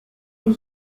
une